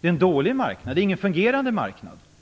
Det är en dålig marknad som inte fungerar.